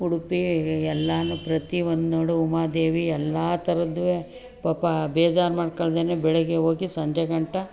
ಉಡುಪಿ ಎಲ್ಲನೂ ಪ್ರತಿಯೊಂದು ನಡು ಮಾದೇವಿ ಎಲ್ಲ ಥರದ್ದೂ ಪಾಪ ಬೇಜಾರು ಮಾಡ್ಕೊಳ್ದೇನೆ ಬೆಳಗ್ಗೆ ಹೋಗಿ ಸಂಜೆ ಗಂಟ